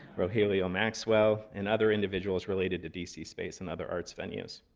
rogelio maxwell, and other individuals related to d c. space and other arts venues.